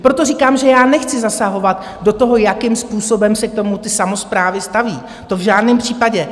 Proto říkám, že nechci zasahovat do toho, jakým způsobem se k tomu ty samosprávy staví, to v žádném případě.